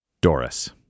Doris